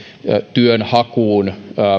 työnhakuun